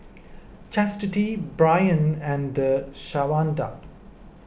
Chastity Brion and Shawnda